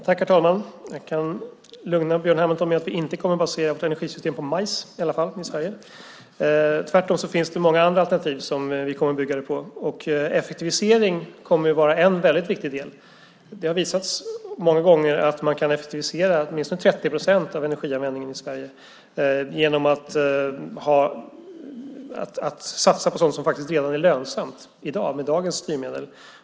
Herr talman! Jag kan lugna Björn Hamilton med att vi inte kommer att basera energisystemet i Sverige på majs. Det finns många andra alternativ. Effektivisering kommer att vara en väldigt viktig del. Det har många gånger visat sig att man kan effektivisera åtminstone 30 procent av energianvändningen i Sverige genom att satsa på sådant som är lönsamt redan med dagens styrmedel.